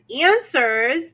answers